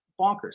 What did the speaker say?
bonkers